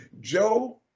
Joe